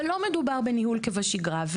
אבל לא מדובר בניהול כבשגרה.